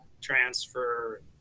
transfer